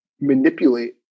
manipulate